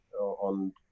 on